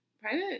Private